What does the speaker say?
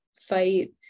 fight